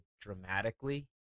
dramatically